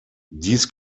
dies